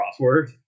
crossword